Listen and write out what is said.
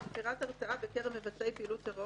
היא יצירת הרתעה בקרב מבצעי פעילות טרור